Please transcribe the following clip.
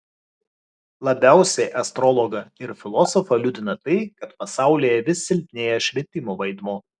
labiausiai astrologą ir filosofą liūdina tai kad pasaulyje vis silpnėja švietimo vaidmuo